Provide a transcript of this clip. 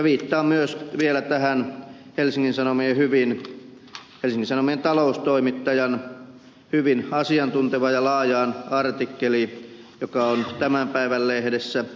viittaan myös vielä tähän helsingin sanomien taloustoimittajan hyvin asiantuntevaan ja laajaan artikkeliin joka on tämän päivän lehdessä